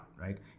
right